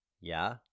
Yeah